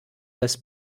this